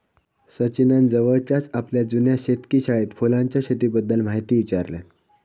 सचिनान जवळच्याच आपल्या जुन्या शेतकी शाळेत फुलांच्या शेतीबद्दल म्हायती ईचारल्यान